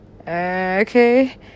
Okay